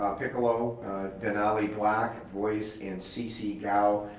ah piccolo denali black, voice and cici gow,